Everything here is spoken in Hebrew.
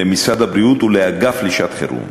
למשרד הבריאות ולאגף לשעת-חירום.